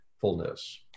fullness